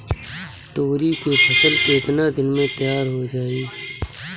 तोरी के फसल केतना दिन में तैयार हो जाई?